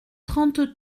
trente